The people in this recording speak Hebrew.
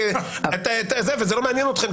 וזה לא מעניין אתכם,